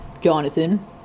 Jonathan